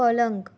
पलंग